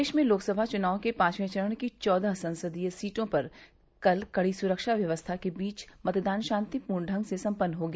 प्रदेश में लोकसभा चुनाव के पाँचवे चरण की चौदह संसदीय सीटों पर कल कड़ी सुरक्षा व्यवस्था के बीच मतदान शान्तिप्र्ण ढंग से सम्पन्न हो गया